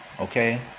Okay